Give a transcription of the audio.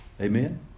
Amen